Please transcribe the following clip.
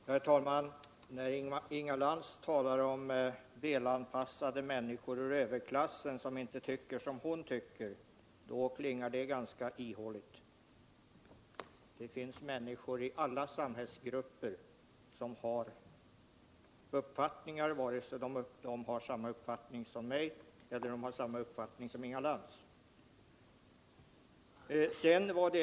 Herr talman! När Inga Lantz talar om välanpassade människor ur överklassen som inte tycker som hon klingar det ganska ihåligt. Det finns människor i alla samhällsgrupper som har samma uppfattning som jag och även olika grupper som har samma uppfattning som Inga Lantz.